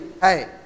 hey